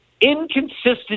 inconsistent